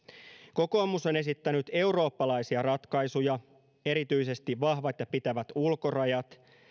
kokoomus on esittänyt eurooppalaisia ratkaisuja erityisesti vahvat ja pitävät ulkorajat